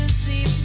see